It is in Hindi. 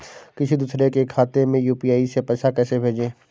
किसी दूसरे के खाते में यू.पी.आई से पैसा कैसे भेजें?